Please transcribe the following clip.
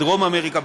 בדרום אמריקה,